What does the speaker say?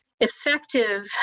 effective